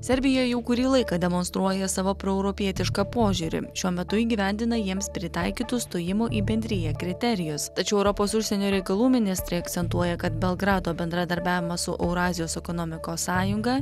serbija jau kurį laiką demonstruoja savo proeuropietišką požiūrį šiuo metu įgyvendina jiems pritaikytus stojimo į bendriją kriterijus tačiau europos užsienio reikalų ministrė akcentuoja kad belgrado bendradarbiavimas su eurazijos ekonomikos sąjunga